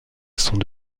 sont